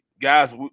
guys